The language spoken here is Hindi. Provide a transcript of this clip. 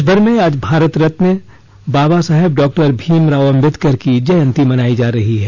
देशभर में आज भारत रत्न बाबा साहेब डॉक्टर भीमराव आम्बेडकर की जयंती मनाई जा रही है